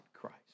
Christ